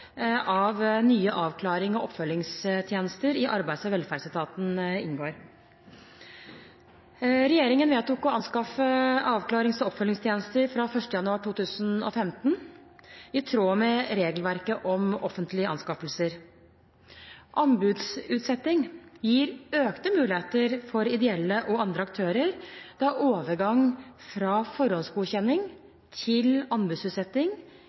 av nye avklarings- og oppfølgingstjenester i arbeids- og velferdsetaten inngår. Regjeringen vedtok å anskaffe avklarings- og oppfølgingstjenester fra 1. januar 2015 i tråd med regelverket om offentlige anskaffelser. Anbudsutsetting gir økte muligheter for ideelle og andre aktører, da overgang fra forhåndsgodkjenning til anbudsutsetting